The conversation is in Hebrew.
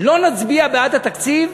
לא נצביע בעד התקציב.